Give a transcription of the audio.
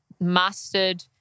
mastered